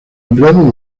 empleados